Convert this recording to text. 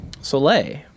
Soleil